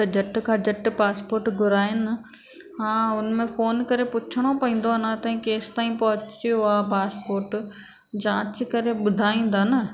त झटि खां झटि पासपोट घुराइनि हा हुन में फ़ोन करे पुछिणो पवंदो अञा ताईं केसीं ताईं पहुचयो आहे पासपोट जांच करे ॿुधाईंदा न